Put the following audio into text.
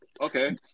Okay